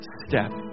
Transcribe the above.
step